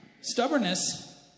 stubbornness